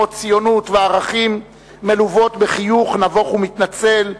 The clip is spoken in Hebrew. "ציונות" ו"ערכים" מלוות בחיוך נבוך ומתנצל,